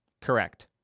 correct